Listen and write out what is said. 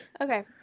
Okay